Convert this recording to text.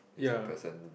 he's the person